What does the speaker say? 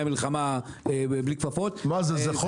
היה מלחמה בלי כפפות --- מה זה,